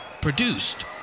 produced